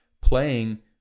playing